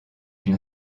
une